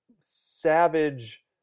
savage